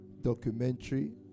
documentary